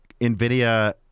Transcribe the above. nvidia